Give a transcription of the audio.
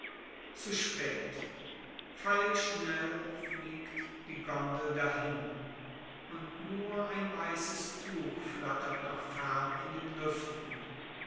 zu spät pfeilschnell fliegt die gondel dahin und nur ein weißes tuch flattert noch fern in den lüften